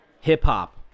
hip-hop